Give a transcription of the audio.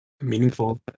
meaningful